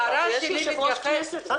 יש יושב-ראש כנסת.